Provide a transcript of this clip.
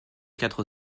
quatre